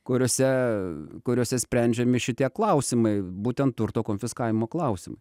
kuriose kuriose sprendžiami šitie klausimai būtent turto konfiskavimo klausimą